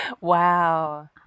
Wow